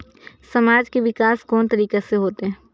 समाज के विकास कोन तरीका से होते?